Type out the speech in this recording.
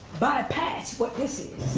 by a past, what this is,